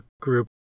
group